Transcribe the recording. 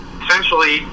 essentially